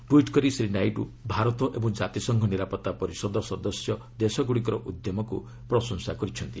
tweet କରି ଶ୍ରୀ ନାଇଡୁ ଭାରତ ଏବଂ ଜାତିସଂଘ ନିରାପତ୍ତା ପରିଷଦ ସଦସ୍ୟ ଦେଶଗୁଡ଼ିକର ଉଦ୍ୟମକୁ ପ୍ରଶଂସା କରିଛନ୍ତି